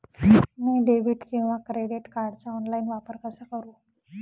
मी debit किंवा credit कार्डचा online वापर कसा करु?